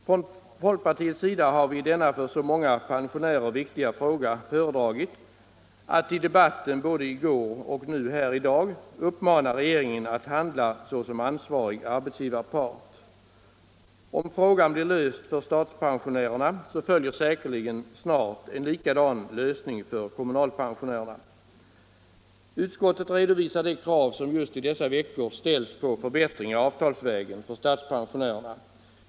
Från folkpartiets sida har vi i denna för så många pensionärer viktiga fråga föredragit att i debatten — både i går och här i dag —- uppmana regeringen att handla såsom ansvarig arbetsgivarpart. Om frågan blir löst för statspensionärerna följer säkerligen snart en likadan lösning för kommunalpensionärerna. Utskottet redovisar de krav som just i dessa veckor ställs på förbättringar avtalsvägen för statspensionärerna.